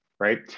right